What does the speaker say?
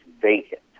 vacant